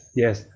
yes